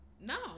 No